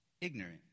Ignorant